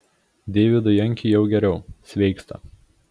deividui jankiui jau geriau sveiksta